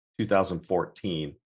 2014